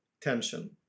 tension